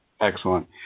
Excellent